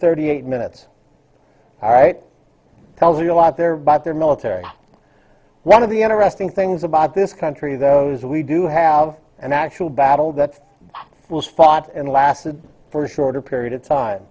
thirty eight minutes all right tells you a lot there but their military one of the interesting things about this country those we do have an actual battle that was fought and lasted for a shorter period of time